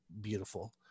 beautiful